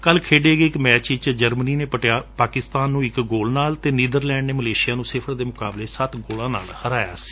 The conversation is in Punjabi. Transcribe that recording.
ਕੱਲ ਖੇਡੇ ਗਏ ਇਕ ਮੈਚ ਵਿਚ ਜਨਮਨੀ ਨੇ ਪਾਕਿਸਤਾਨ ਨੂੰ ਇਕ ਗੋਲ ਨਾਲ ਅਤੇ ਨੀਦਰਲੈਡ ਨੇ ਮਲੇਸ਼ਿਆ ਨੂੰ ਸਿਫਰ ਦੇ ਮੁਕਾਬਲੇ ਸੱਤ ਗੋਲਾ ਨਾਲ ਹਰਾਇਆ ਸੀ